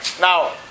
Now